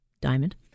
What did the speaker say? Diamond